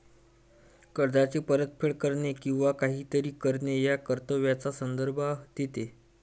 कर्जाची परतफेड करणे किंवा काहीतरी करणे या कर्तव्याचा संदर्भ देते